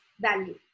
value